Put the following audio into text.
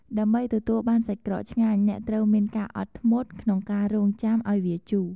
ដើម្បីទទួលបានសាច់ក្រកឆ្ងាញ់ អ្នកត្រូវមាន ការអត់ធ្មត់ ក្នុងការរង់ចាំឱ្យវាជូរ។